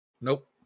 nope